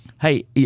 Hey